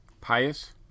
Pious